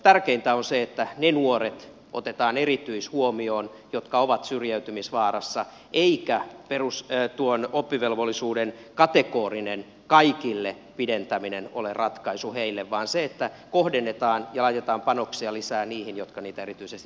tärkeintä on se että otetaan erityishuomioon ne nuoret jotka ovat syrjäytymisvaarassa eikä oppivelvollisuuden kategorinen kaikille pidentäminen ole ratkaisu heille vaan se että kohdennetaan ja laitetaan panoksia lisää heihin jotka niitä erityisesti tarvitsevat